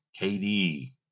KD